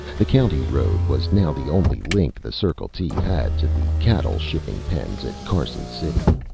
the county road was now the only link the circle t had to the cattle shipping pens at carson city.